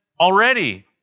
already